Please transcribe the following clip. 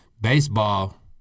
Baseball